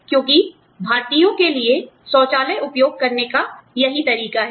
क्योंकि भारतीयों के शौचालाय उपयोग करने का यही तरीका है